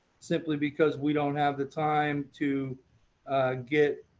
simply because we don't have the time to get,